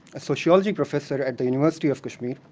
a sociology professor at the university of kashmir,